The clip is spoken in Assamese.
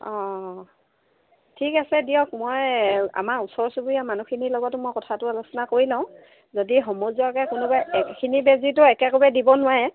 অঁ অঁ ঠিক আছে দিয়ক মই আমাৰ ওচৰ চুবুৰীয়া মানুহখিনিৰ লগতো মই কথাটো আলোচনা কৰি লওঁ যদি সমজুৱাকৈ কোনোবাই এখিনি বেজীটো একবাৰে দিব নোৱাৰে